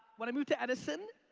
when i moved to edison,